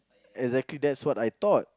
exactly that's what I thought